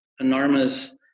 enormous